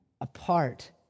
apart